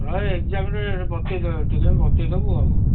ହଉ ଏଗ୍ଜାମ୍ରେ ବତେଇଦେବେ ଟିକିଏ ବତେଇଦେବୁ ଆଉ